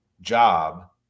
job